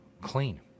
clean